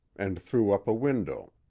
and threw up a window,